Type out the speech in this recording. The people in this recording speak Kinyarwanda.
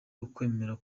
ukwemera